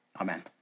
Amen